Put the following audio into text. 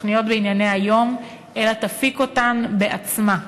תוכניות בענייני היום אלא תפיק אותן בעצמה.